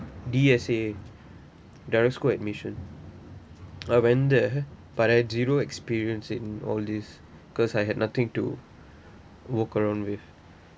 D_S_A direct school admission I went there by like zero experience in all this because I had nothing to work around with